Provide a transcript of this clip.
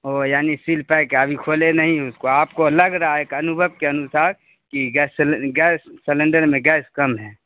او یعنی seal pack ہے ابھی کھولے نہیں ہیں اس کو آپ کو لگ رہا ہے ایک انوبھو کے انوسار کہ گیس گیس سلینڈر میں گیس کم ہے